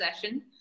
session